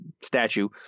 statue